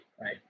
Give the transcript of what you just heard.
right